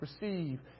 receive